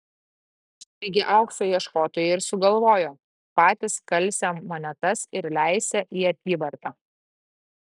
taigi aukso ieškotojai ir sugalvojo patys kalsią monetas ir leisią į apyvartą